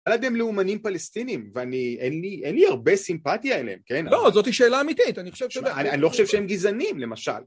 עדיין הם לאומנים פלסטינים, ואני... אין לי הרבה סימפתיה אליהם, כן? לא, זאת שאלה אמיתית, אני חושב ש... אני לא חושב שהם גזענים, למשל.